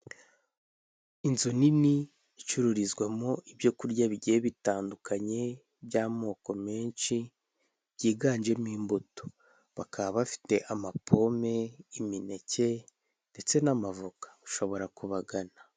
Inzu nini icururizwamo ibyo kurya bigiye bitandukanye by'amoko menshi, byiganjemo imbuto. Bakaba bafite ama pome, imineke ndetse n'amavoka ushobora kubagana.